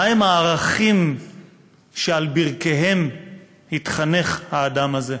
מהם הערכים שעל ברכיהם התחנך האדם הזה?